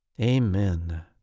Amen